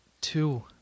Two